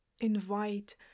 invite